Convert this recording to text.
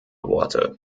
worte